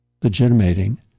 legitimating